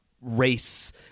race